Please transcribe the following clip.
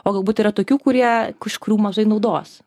o galbūt yra tokių kurie iš kurių mažai naudos